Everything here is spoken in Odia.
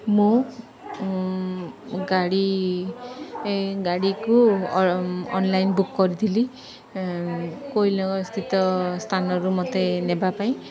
ମୁଁ ଗାଡ଼ି ଗାଡ଼ିକୁ ଅନ୍ଲାଇନ୍ ବୁକ୍ କରିଥିଲି କୋଇଲନଗର ସ୍ଥିତ ସ୍ଥାନରୁ ମୋତେ ନେବା ପାଇଁ